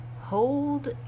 hold